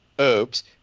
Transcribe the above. oops